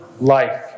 life